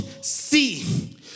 see